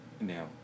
Now